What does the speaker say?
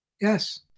yes